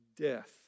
death